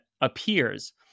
appears